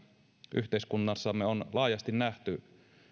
yhteiskunnassamme on laajasti nähty